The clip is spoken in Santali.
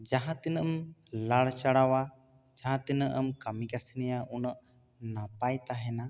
ᱡᱟᱦᱟᱸ ᱛᱤᱱᱟᱹᱜ ᱮᱢ ᱞᱟᱲᱪᱟᱲᱟᱣᱟ ᱡᱟᱦᱟᱸ ᱛᱤᱱᱟᱹᱜ ᱮᱢ ᱠᱟᱹᱢᱤ ᱠᱟᱹᱥᱱᱤᱭᱟ ᱩᱱᱟᱹᱜ ᱱᱟᱯᱟᱭ ᱛᱟᱦᱮᱱᱟ